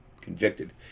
convicted